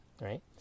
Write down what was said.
right